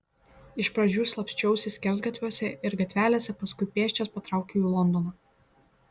iš pradžių slapsčiausi skersgatviuose ir gatvelėse paskui pėsčias patraukiau į londoną